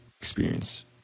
experience